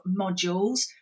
modules